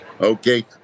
Okay